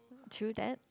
true that